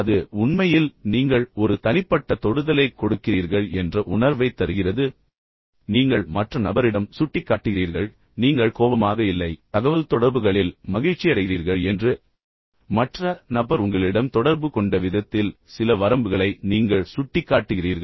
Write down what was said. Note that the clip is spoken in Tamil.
அது உண்மையில் நீங்கள் ஒரு தனிப்பட்ட தொடுதலைக் கொடுக்கிறீர்கள் என்ற உணர்வைத் தருகிறது நீங்கள் மற்ற நபரிடம் சுட்டிக்காட்டுகிறீர்கள் நீங்கள் கோபமாக இல்லை தகவல்தொடர்புகளில் நீங்கள் மகிழ்ச்சியடைகிறீர்கள் என்று ஆனால் மற்ற நபர் உங்களிடம் தொடர்பு கொண்ட விதத்தில் சில வரம்புகளை நீங்கள் சுட்டிக்காட்டுகிறீர்கள்